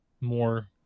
more